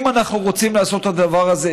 אם אנחנו רוצים לעשות את הדבר הזה,